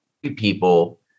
People